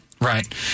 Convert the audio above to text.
Right